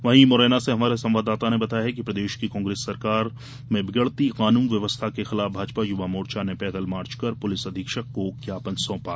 वहीं मुरैना से हमारे संवाददाता ने बताया है कि प्रदेश की कांग्रेस सरकार में बिगड़ती कानून व्यवस्था के खिलाफ भाजपा युवा मोर्चा ने पैदल मार्च कर पुलिस अधीक्षक को ज्ञापन सौंपा